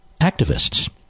activists